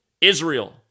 Israel